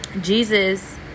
Jesus